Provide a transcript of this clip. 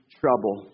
trouble